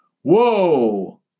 Whoa